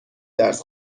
درس